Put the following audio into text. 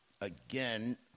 again